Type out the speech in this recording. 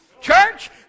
Church